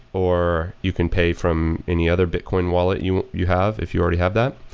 or you can pay from any other bitcoin wallet you you have if you already have that,